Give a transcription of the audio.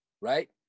right